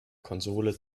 konsole